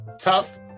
tough